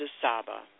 Saba